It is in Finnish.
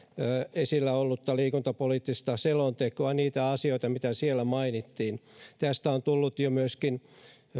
esillä ollutta liikuntapoliittista selontekoa niitä asioita mitä siellä mainittiin tästä on tullut